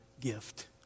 gift